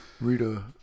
Rita